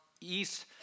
east